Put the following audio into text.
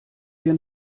wir